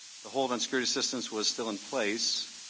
the hold on security assistance was still in place.